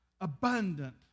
abundant